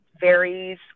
varies